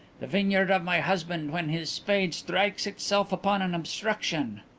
the vineyard of my husband, when his spade strikes itself upon an obstruction.